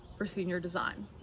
for senior design